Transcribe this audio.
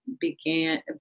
began